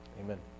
Amen